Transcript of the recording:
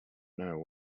know